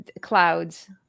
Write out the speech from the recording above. clouds